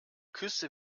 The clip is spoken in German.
küste